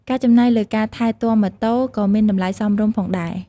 ការចំណាយលើការថែទាំម៉ូតូក៏មានតម្លៃសមរម្យផងដែរ។